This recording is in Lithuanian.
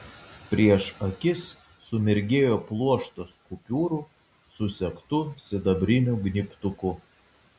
prieš akis sumirgėjo pluoštas kupiūrų susegtų sidabriniu gnybtuku